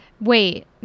Wait